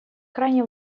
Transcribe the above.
крайне